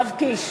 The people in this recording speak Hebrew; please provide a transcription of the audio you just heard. יואב קיש,